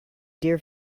dear